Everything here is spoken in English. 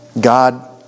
God